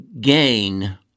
gain